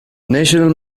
national